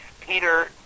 Peter